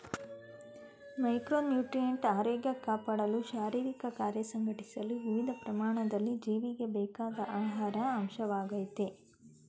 micronutrient ಆರೋಗ್ಯ ಕಾಪಾಡಲು ಶಾರೀರಿಕಕಾರ್ಯ ಸಂಘಟಿಸಲು ವಿವಿಧ ಪ್ರಮಾಣದಲ್ಲಿ ಜೀವಿಗೆ ಬೇಕಾದ ಆಹಾರ ಅಂಶವಾಗಯ್ತೆ